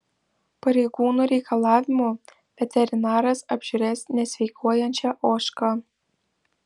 pareigūnų reikalavimu veterinaras apžiūrės nesveikuojančią ožką